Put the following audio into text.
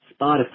Spotify